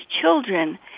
children